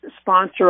sponsor